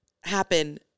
happen